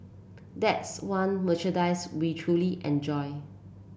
that's one merchandise we truly enjoy